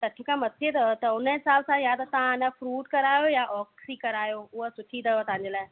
सठ खां मथे अथव त उनजे हिसाब सां या त न फ्रूट करायो या ऑक्सी करायो हूअ सुठी अथव तव्हांजे लाइ